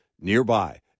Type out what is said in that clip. nearby